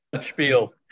spiel